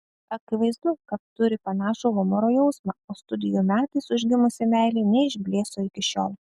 akivaizdu kad turi panašų humoro jausmą o studijų metais užgimusi meilė neišblėso iki šiol